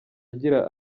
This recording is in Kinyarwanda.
agira